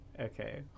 Okay